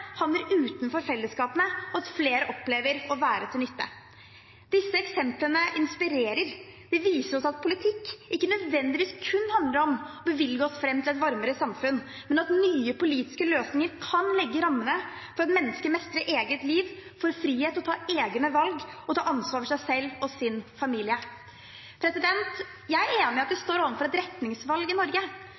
handler om å bevilge seg fram til et varmere samfunn, men at nye politiske løsninger kan legge rammene for at mennesket mestrer eget liv, for frihet til å ta egne valg og ta ansvar for seg selv og sin familie. Jeg er enig i at vi står overfor et retningsvalg i Norge